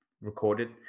recorded